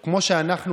כביכול,